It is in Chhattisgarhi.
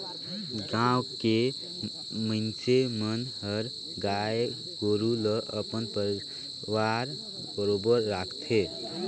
गाँव के मइनसे मन हर गाय गोरु ल अपन परवार बरोबर राखथे